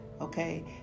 Okay